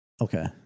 Okay